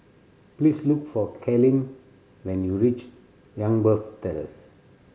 please look for Kalyn when you reach Youngberg Terrace